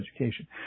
education